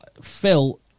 phil